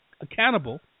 accountable